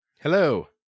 Hello